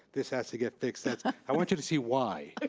this has to get fixed, that's, i want you to see why.